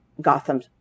Gotham